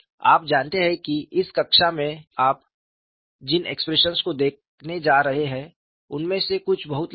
आप जानते हैं कि इस कक्षा में आप जिन एक्सप्रेशंस को देखने जा रहे हैं उनमें से कुछ बहुत लंबे हैं